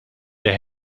der